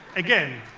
again,